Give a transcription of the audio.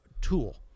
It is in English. tool